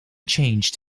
changed